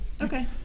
okay